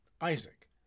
Isaac